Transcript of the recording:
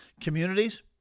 communities